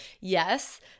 yes